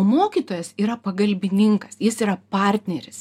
o mokytojas yra pagalbininkas jis yra partneris